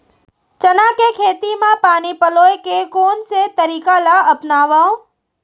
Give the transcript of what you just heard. चना के खेती म पानी पलोय के कोन से तरीका ला अपनावव?